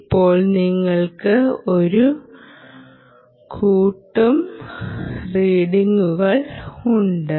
ഇപ്പോൾ നിങ്ങൾക്ക് ഒരു കൂട്ടം റീഡിങ്ങുകൾ ഉണ്ട്